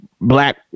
black